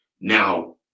Now